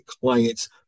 clients